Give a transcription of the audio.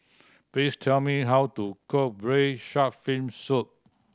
please tell me how to cook Braised Shark Fin Soup